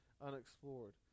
unexplored